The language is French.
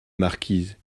marquise